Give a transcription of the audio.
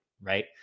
right